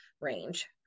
range